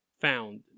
Found